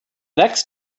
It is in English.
next